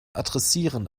adressieren